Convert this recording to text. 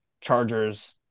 Chargers